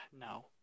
No